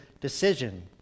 decision